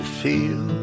feel